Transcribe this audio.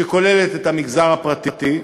שכוללת את המגזר הפרטי,